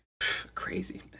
Crazy